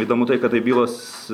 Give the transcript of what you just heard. įdomu tai kad tai bylos